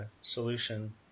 solution